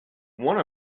one